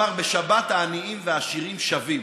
אמר: בשבת העניים והעשירים שווים.